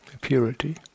purity